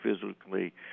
physically